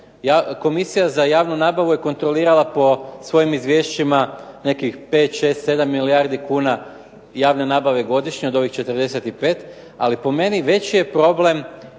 Komisija za javnu nabavu je kontrolirala po svojim izvješćima nekih 5, 6, 7 milijardi kuna javne nabave godišnje od ovih 45 ali po meni veći je problem